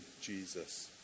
Jesus